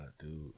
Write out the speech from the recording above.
dude